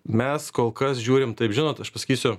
mes kol kas žiūrim taip žinot aš pasakysiu